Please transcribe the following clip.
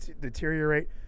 deteriorate